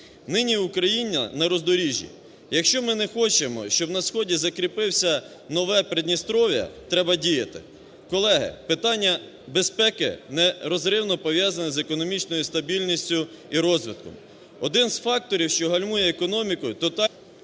Нині Україна на роздоріжжі. Якщо ми не хочемо, щоб на сході закріпилося нове Придністров'я, треба діяти. Колеги, питання безпеки нерозривно пов'язане з економічною стабільністю і розвитком. Один з факторів, що гальмує економіку, - тотальний